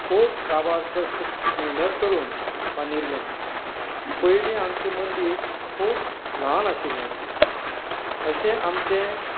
खूब काबाड कश्ट मेहनत करून बांदिल्लें पयलीं आमचें मंदीर खूब ल्हान आशिल्लें अशें आमचें